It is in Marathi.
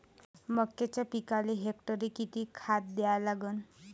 मक्याच्या पिकाले हेक्टरी किती खात द्या लागन?